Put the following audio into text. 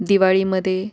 दिवाळीमध्ये